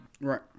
Right